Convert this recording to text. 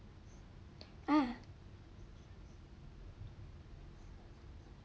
uh